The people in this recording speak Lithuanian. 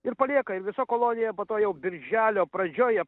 ir palieka ir visa kolonija po to jau birželio pradžioje